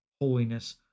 holiness